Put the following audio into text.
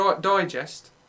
Digest